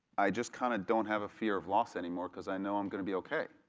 i just kind of don't have a fear of loss anymore because i know i'm going to be ok.